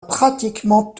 pratiquement